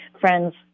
friend's